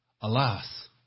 Alas